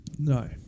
No